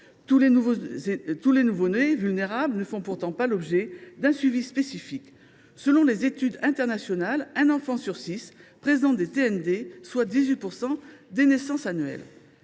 Tous les nouveau nés vulnérables ne font pourtant pas l’objet d’un suivi spécifique. Selon les études internationales, un enfant sur six présente des TND ; cela représente 18 % des naissances annuelles.